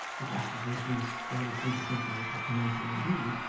which accusations dolly seemed to think very complimentary indeed,